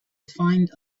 find